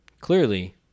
Clearly